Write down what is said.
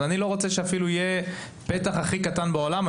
אז אני לא רוצה שאפילו יהיה פתח הכי קטן בעולם.